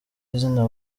izina